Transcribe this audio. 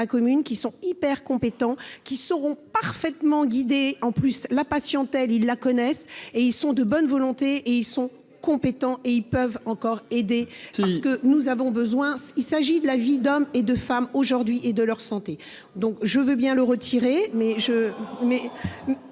commune, qui sont hyper compétents qui sauront parfaitement guidé, en plus, la patiente, elle, ils la connaissent et ils sont de bonne volonté, et ils sont compétents et ils peuvent encore aider, c'est ce que nous avons besoin, il s'agit de la vie d'hommes et de femmes aujourd'hui, et de leur santé, donc je veux bien le retirer mais je mets